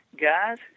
guys